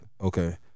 Okay